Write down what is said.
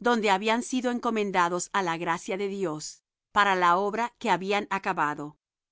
donde habían sido encomendados á la gracia de dios para la obra que habían acabado